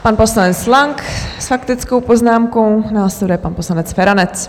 Pan poslanec Lang s faktickou poznámkou, následuje pan poslanec Feranec.